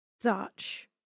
Dutch